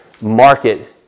market